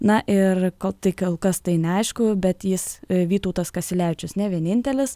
na ir kol tai kol kas tai neaišku bet jis vytautas kasiulevičius ne vienintelis